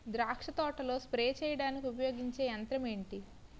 ద్రాక్ష తోటలో స్ప్రే చేయడానికి ఉపయోగించే యంత్రం ఎంటి?